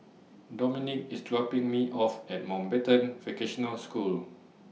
Dominic IS dropping Me off At Mountbatten Vocational School